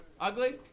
Ugly